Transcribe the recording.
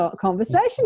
conversation